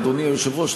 אדוני היושב-ראש,